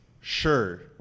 sure